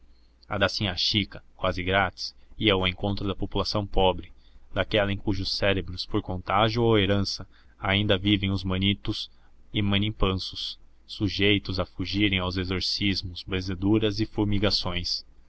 da sinhá chica quase grátis ia ao encontro da população pobre daquela em cujos cérebros por contágio ou herança ainda vivem os manitus e manipansos sujeitos a fugirem aos exorcismos benzeduras e fumigações